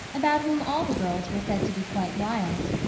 about whom all the girls were said to be quite wild.